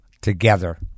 together